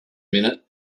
minute